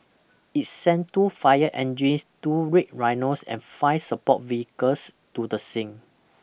it sent two fire engines two Red Rhinos and five support vehicles to the scene